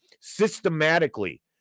systematically